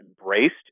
embraced